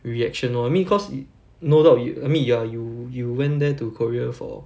reaction lor I mean cause y~ no doubt you I mean ya you you went there to korea for